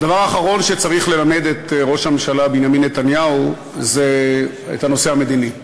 הדבר האחרון שצריך ללמד את ראש הממשלה בנימין נתניהו זה הנושא המדיני.